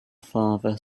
father